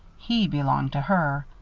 he belonged to her.